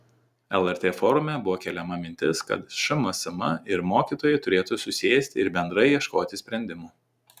lrt forume buvo keliama mintis kad šmsm ir mokytojai turėtų susėsti ir bendrai ieškoti sprendimų